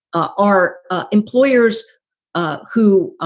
ah are ah employers um who, ah